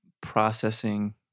processing